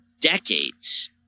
decades